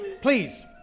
please